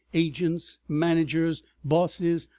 agents, managers, bosses,